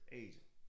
agent